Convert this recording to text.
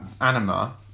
Anima